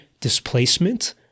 displacement